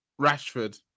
Rashford